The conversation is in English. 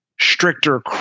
stricter